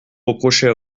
reprocher